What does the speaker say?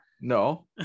No